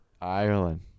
Ireland